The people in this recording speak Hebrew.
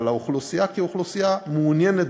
אבל האוכלוסייה כאוכלוסייה מעוניינת,